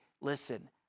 listen